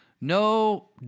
No